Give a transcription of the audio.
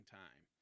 time